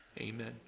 Amen